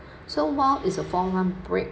so while is a four month break